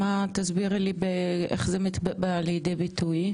תסבירי לי איך זה בא לידי ביטוי?